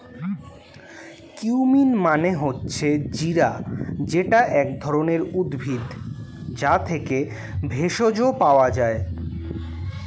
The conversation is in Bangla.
কিউমিন মানে হচ্ছে জিরা যেটা এক ধরণের উদ্ভিদ, যা থেকে ভেষজ পাওয়া যায়